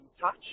touch